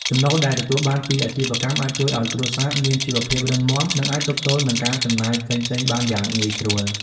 ចំណូលដែលទទួលបានពីអាជីវកម្មអាចជួយឱ្យគ្រួសារមានជីវភាពរឹងមាំ និងអាចទប់ទល់នឹងការចំណាយផ្សេងៗបានយ៉ាងងាយស្រួល។